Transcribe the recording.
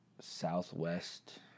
Southwest